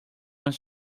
was